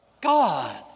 God